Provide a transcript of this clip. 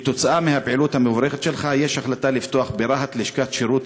"כתוצאה מהפעילות המבורכת שלך יש החלטה לפתוח ברהט לשכת שירות,